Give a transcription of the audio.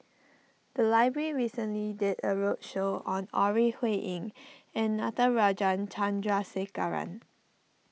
the library recently did a roadshow on Ore Huiying and Natarajan Chandrasekaran